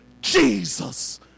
Jesus